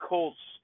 Colts